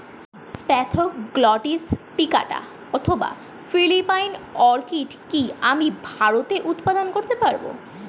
Spathoglottis plicata অথবা Philippine orchid কি আমি ভারতে উৎপাদন করতে পারবো?